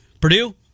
Purdue